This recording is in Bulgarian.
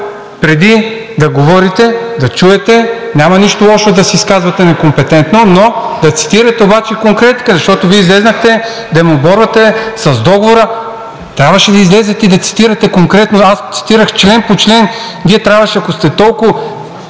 преди да говорите, да чуете. Няма нищо лошо да се изказвате некомпетентно, но да цитирате обаче в конкретика, защото Вие излязохте да ме оборвате с договора, то трябваше да излезете и да ме цитирате конкретно. Аз цитирах член по член. Вие трябваше, ако сте толкова